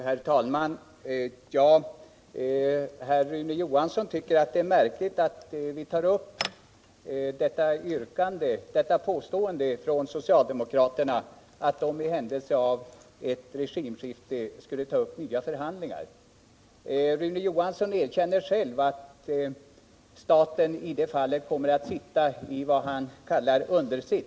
Herr talman! Herr Rune Johansson tycker att det är märkligt att vi tar upp socialdemokraternas påstående att de i händelse av ett regimskifte skulle ta upp nya förhandlingar. Rune Johansson erkänner själv att staten i det fallet kommer att sitta på vad han kallar understol.